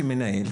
כמנהל,